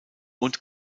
und